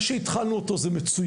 זה שהתחלנו אותו זה מצוין,